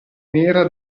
nera